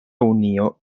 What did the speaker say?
unio